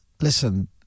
listen